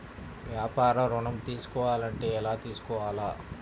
వ్యాపార ఋణం తీసుకోవాలంటే ఎలా తీసుకోవాలా?